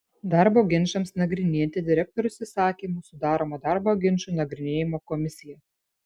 darbo ginčams nagrinėti direktorius įsakymu sudaroma darbo ginčų nagrinėjimo komisija